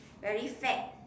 very fat